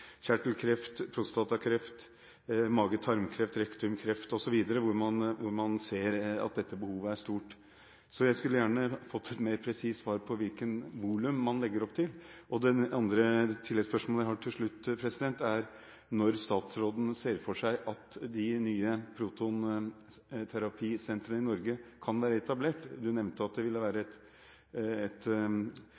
prostatakreft, mage- og tarmkreft, rektumkreft osv., hvor man ser at behovet er stort. Jeg skulle gjerne fått et mer presist svar på hvilket volum man legger opp til. Det andre tilleggsspørsmålet jeg har, er: Når ser statsråden for seg at de nye protonterapisentrene i Norge kan være etablert? Statsråden nevnte at det ville være